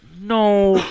No